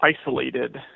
isolated